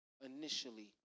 initially